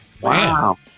Wow